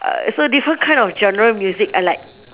it's a different kind of genre music and like